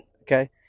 okay